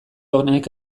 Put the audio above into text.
honek